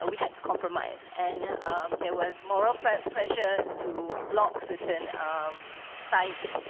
ah we had to compromise. and there was more ah pressure pressure to block certain um sites.